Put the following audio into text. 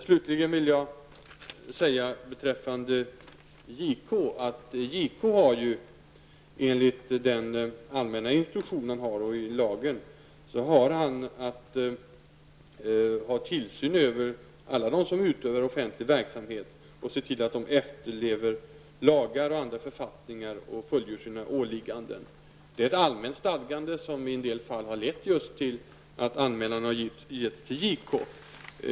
Slutligen vill jag säga beträffande JK, att justitiekanslern enligt sin allmänna instruktion och enligt lagen har att utöva tillsyn över alla dem som utövar offentlig verksamhet och se till att de efterlever lagar och andra författningar och fullgör sina åligganden. Detta är ett allmänt stadgande, som i en del fall har lett till att anmälan till JK har gjorts.